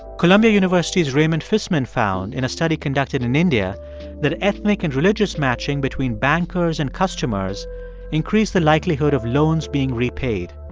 columbia university's raymond fisman found in a study conducted in india that ethnic and religious matching between bankers and customers increased the likelihood of loans being repaid.